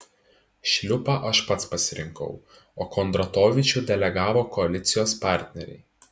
šliupą aš pats pasirinkau o kondratovičių delegavo koalicijos partneriai